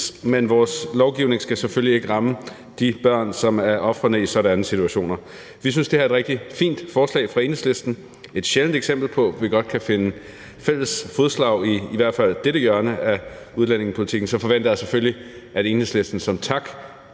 men vores lovgivning skal selvfølgelig ikke ramme de børn, som er ofrene i sådanne situationer. Vi synes, det her er et rigtig fint forslag fra Enhedslistens side – et sjældent eksempel på, at vi godt kan finde fælles fodslag, i hvert fald i dette hjørne af udlændingepolitikken. Så forventer jeg selvfølgelig, at Enhedslisten som tak